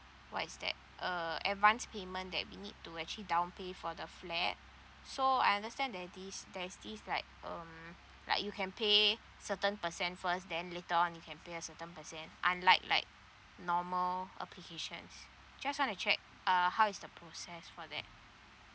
what is that uh advance payment that we need to actually down pay for the flat so I understand that this there is this like um like you can pay certain percent first then later on you can pay a certain percent unlike like normal applications just want to check uh how is the process for that